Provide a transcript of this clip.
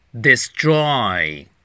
destroy